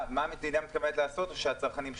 מה המדינה מתכוונת לעשות או שהצרכנים יתקעו?